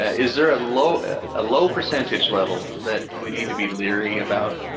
ah is there a low ah low percentage level that we need to be leery about?